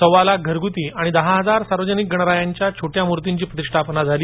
सव्वा लाख घरगूती आणि दहा हजार सार्वजनिक गणरायाच्या छोट्या मूर्तींची प्रतिष्ठापना झाली